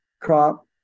crop